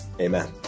amen